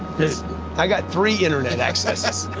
i've got three internet accesses.